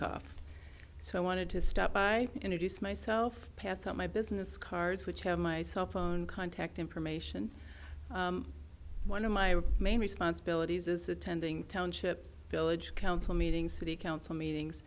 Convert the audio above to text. cough so i wanted to stop by introduce myself pass out my business cards which have my cell phone contact information one of my main responsibilities is attending township village council meetings city council meetings